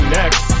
next